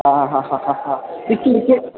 हां हां हां हां हां